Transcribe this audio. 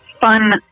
fun